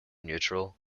neutral